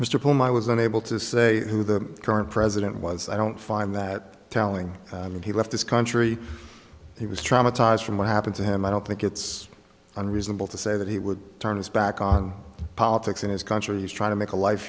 i was unable to say who the current president was i don't find that telling him that he left this country he was traumatized from what happened to him i don't think it's unreasonable to say that he would turn his back on politics and his country is trying to make a life